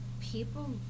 people